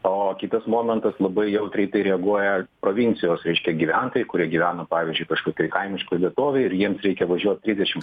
o kitas momentas labai jautriai į tai reaguoja provincijos reiškia gyventojai kurie gyvena pavyzdžiui kažkokioj kaimiškoj vietovėj ir jiems reikia važiuot trisdešim